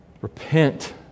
Repent